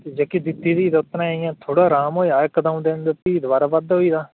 जेह्की दित्ती दी ही ते उत्त कन्नै इ'यां थोह्ड़ा राम होआ हा इक द'ऊं दिन ते भी दोआरा बाद्धा होई दा